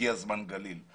הגיע זמן גליל.